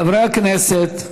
חברי הכנסת.